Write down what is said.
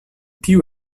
tiu